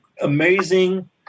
amazing